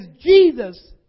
Jesus